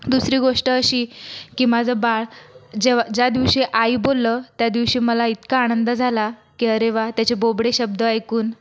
दुसरी गोष्ट अशी की माझं बाळ जेव्हा ज्या दिवशी आई बोललं त्या दिवशी मला इतका आनंद झाला की अरे वा त्याचे बोबडे शब्द ऐकून